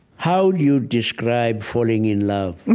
how do you describe falling in love?